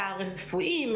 פרא רפואי,